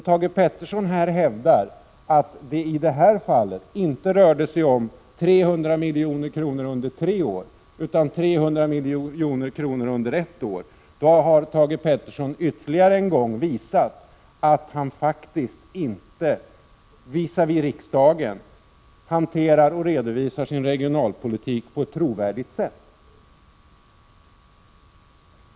Thage Peterson har ytterligare en gång visat att han inte gentemot riksdagen hanterar och redovisar sin regionalpolitik på ett trovärdigt sätt, när han i detta fall hävdar att det inte rör sig om 300 milj.kr. under tre år utan 300 milj.kr. under ett år.